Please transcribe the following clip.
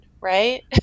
right